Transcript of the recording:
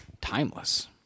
timeless